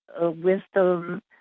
wisdom